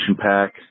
pack